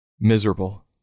Miserable